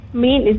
main